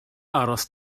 aros